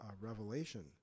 Revelation